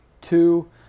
two